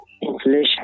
inflation